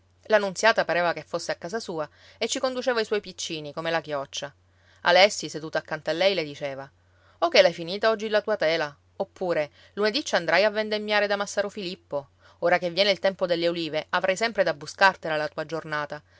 nunziata pareva che fosse a casa sua e ci conduceva i suoi piccini come la chioccia alessi seduto accanto a lei le diceva o che l'hai finita oggi la tua tela oppure lunedì ci andrai a vendemmiare da massaro filippo ora che viene il tempo delle ulive avrai sempre da buscartela la tua giornata